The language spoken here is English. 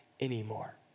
anymore